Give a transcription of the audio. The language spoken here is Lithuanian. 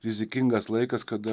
rizikingas laikas kada